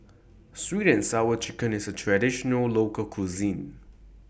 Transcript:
Sweet and Sour Chicken IS A Traditional Local Cuisine